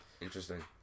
Interesting